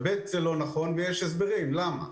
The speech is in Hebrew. ב' זה לא נכון ויש הסברים למה.